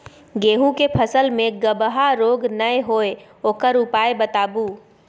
गेहूँ के फसल मे गबहा रोग नय होय ओकर उपाय बताबू?